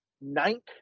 ninth